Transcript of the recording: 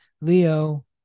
Leo